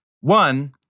One